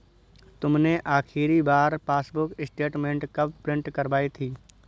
तुमने आखिरी बार पासबुक स्टेटमेंट कब प्रिन्ट करवाई थी?